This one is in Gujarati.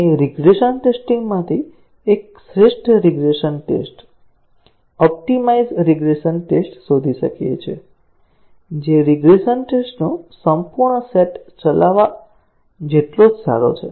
આપણે રિગ્રેસન ટેસ્ટીંગ માંથી એક શ્રેષ્ઠ regression test optimize regression test શોધી શકીએ છીએ જે રિગ્રેસન ટેસ્ટનો સંપૂર્ણ સેટ ચલાવવા જેટલો જ સારો છે